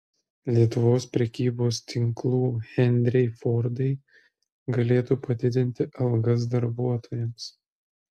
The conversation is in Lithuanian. lietuvos prekybos tinklų henriai fordai galėtų padidinti algas darbuotojams